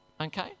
okay